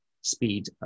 speed